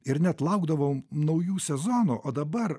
ir net laukdavom naujų sezonų o dabar